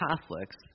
Catholics